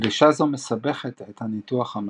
דרישה זו מסבכת את הניתוח המתמטי.